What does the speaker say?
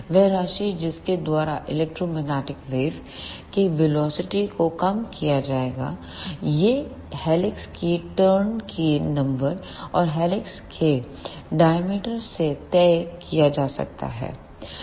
वह राशि जिसके द्वारा इलेक्ट्रोमैग्नेटिक वेव् electromagnetic wave के वेलोसिटी को कम किया जाता है यह हेलिक्स की टर्न के नंबर और हेलिक्स के डायमीटर से तय किया जा सकता है